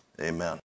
amen